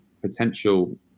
potential